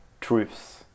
truths